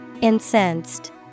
Incensed